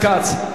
חבר הכנסת כץ,